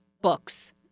books